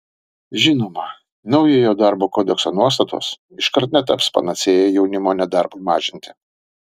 žinoma naujojo darbo kodekso nuostatos iškart netaps panacėja jaunimo nedarbui mažinti